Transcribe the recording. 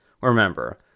Remember